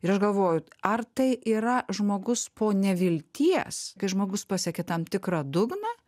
ir aš galvoju ar tai yra žmogus po nevilties kai žmogus pasiekia tam tikrą dugną